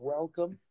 Welcome